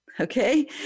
Okay